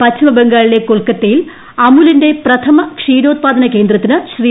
പശ്ചിമ ബംഗാളിലെ ഉം കൊൽക്കത്തയിൽ അമുലിന്റെ പ്രഥമ ക്ഷീരോത്പാദന കേന്ദ്രത്തിന് ശ്രീ